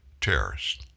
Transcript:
terrorists